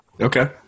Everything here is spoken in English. Okay